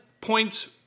points